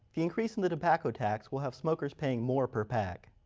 the increase in the tobacco tax will have smokers paying more per pack.